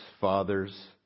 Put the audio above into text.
fathers